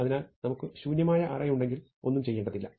അതിനാൽ നമുക്ക് ഒരു ശൂന്യമായ അറേ ഉണ്ടെങ്കിൽ ഒന്നും ചെയ്യേണ്ടതില്ല